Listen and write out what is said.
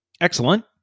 Excellent